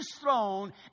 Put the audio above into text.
throne